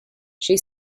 she